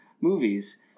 movies